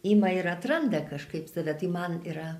ima ir atranda kažkaip save tai man yra